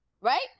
Right